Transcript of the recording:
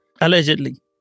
allegedly